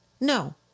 no